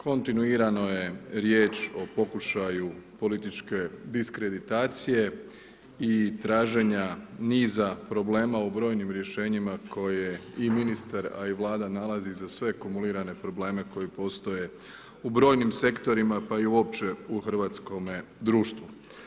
Kontinuirano je riječ o pokušaju političke diskreditacije i traženja niza problema u brojnim rješenjima koje i ministar a i Vlada nalazi za sve akumulirane probleme koji postoje u brojnim sektorima pa i uopće u hrvatskome društvu.